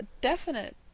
definite